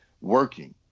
working